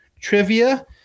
trivia